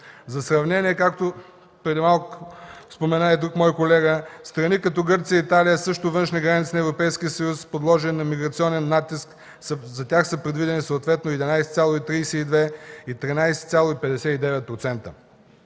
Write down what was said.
За сравнение, както преди малко спомена и друг мой колега, за страни като Гърция и Италия – също външна граница на Европейския съюз, подложени на миграционен натиск, са предвидени 11,32 и 13,59%.